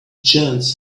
chance